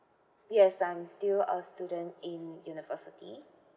yes I'm still a student in university